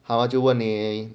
他们就问你